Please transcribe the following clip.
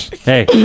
hey